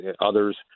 others